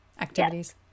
Activities